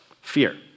Fear